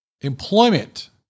employment